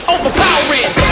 Overpowering